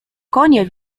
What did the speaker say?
konie